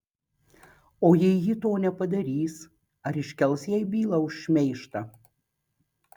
o jei ji to nepadarys ar iškels jai bylą už šmeižtą